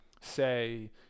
say